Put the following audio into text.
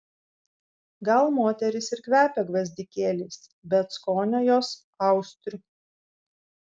gal moterys ir kvepia gvazdikėliais bet skonio jos austrių